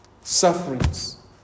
sufferings